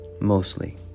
mostly